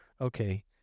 okay